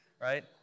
right